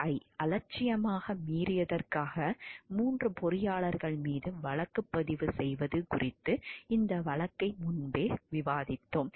ஐ அலட்சியமாக மீறியதற்காக 3 பொறியாளர்கள் மீது வழக்குப்பதிவு செய்வது குறித்து இந்த வழக்கை முன்பே விவாதித்தோம்